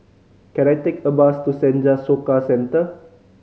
can I take a bus to Senja Soka Centre